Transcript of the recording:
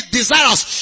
desires